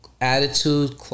attitude